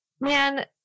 man